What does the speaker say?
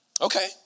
Okay